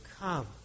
come